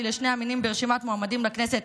לשני המינים ברשימת מועמדים לכנסת),